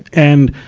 and,